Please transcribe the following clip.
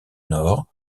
nord